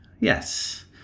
yes